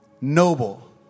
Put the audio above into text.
noble